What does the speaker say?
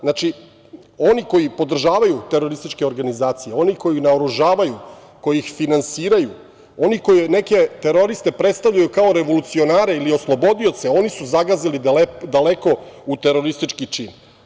Znači, oni koji podržavaju terorističke organizacije, oni koji ih naoružavaju, koji ih finansiraju, oni koji neke teroriste predstavljaju kao revolucionare ili oslobodioce, oni su zagazili daleko u teroristički čin.